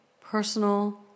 personal